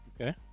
Okay